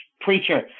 preacher